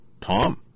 Tom